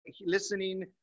listening